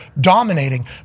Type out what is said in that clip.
dominating